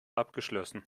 abgeschlossen